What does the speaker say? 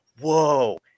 Whoa